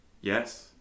Yes